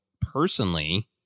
personally